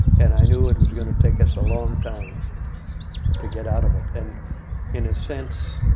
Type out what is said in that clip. and i knew it was going to take us a long time to get out of it. and in a sense,